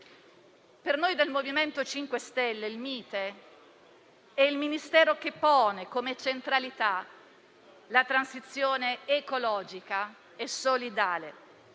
Per noi del MoVimento 5 Stelle il Mite è il Ministero che pone come centralità la transizione ecologica e solidale,